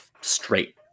straight